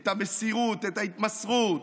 את המסירות, את ההתמסרות,